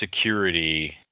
security